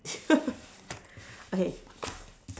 okay